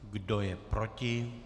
Kdo je proti?